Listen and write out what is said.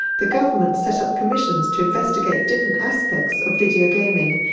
the government set up commissions to investigate different aspects of video gaming,